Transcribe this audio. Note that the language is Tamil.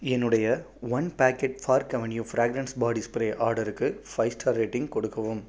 என்னுடைய one packet Park Avenue fragrance body spray ஆர்டருக்கு ஃபைவ் ஸ்டார் ரேட்டிங் கொடுக்கவும்